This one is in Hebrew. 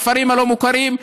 בכפרים הלא-מוכרים,